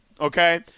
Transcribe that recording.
okay